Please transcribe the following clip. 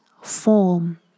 form